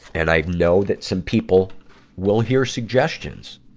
and i know that some people will hear suggestions